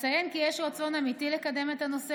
אציין כי יש רצון אמיתי לקדם את הנושא